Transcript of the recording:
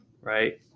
right